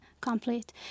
complete